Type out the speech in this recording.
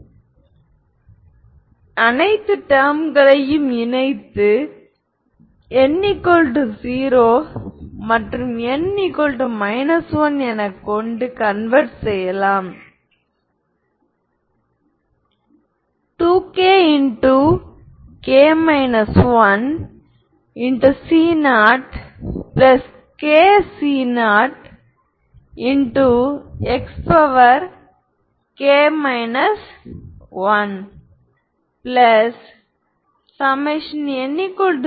என v1v2 அதனால் 2v22v1 எனவே Av1Av21v12v22v1 இது 1v12v1 இது 12 ஐக்கொடுக்கும் ஆனால் நமக்குத் தெரியும் λ1≠λ2 அதாவது முரண்பாடான வழியில் நீங்கள் ஐகென் வெக்டார்களும் வேறுபட்டவை என்பதைக் காட்டலாம்